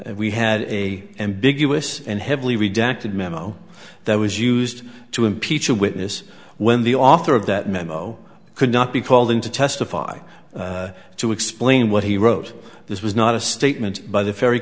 if we had a ambiguous and heavily redacted memo that was used to impeach a witness when the author of that memo could not be called in to testify to explain what he wrote this was not a statement by the ferry